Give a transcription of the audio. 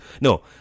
no